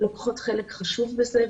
לוקחות חלק חשוב בזה,